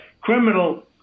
criminal